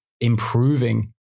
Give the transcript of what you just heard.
improving